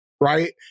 right